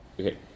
Okay